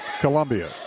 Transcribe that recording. Columbia